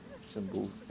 symbols